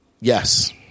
Yes